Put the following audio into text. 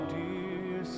dear